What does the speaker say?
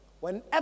Whenever